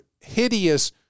hideous